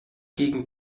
gegen